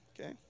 Okay